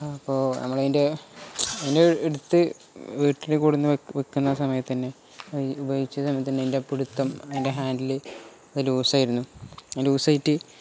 അപ്പോൾ നമ്മളതിൻ്റെ അതിൻ്റെ എടുത്ത് വീട്ടിൽ കൊണ്ടു വന്നു വെക്കുന്ന സമയത്തു തന്നെ ഉപയോഗിച്ച സമയത്തു തന്നെ അതിൻ്റെ പിടുത്തം അതിൻ്റെ ഹാൻഡിൽ അത് ലൂസായിരുന്നു ലൂസായിട്ട്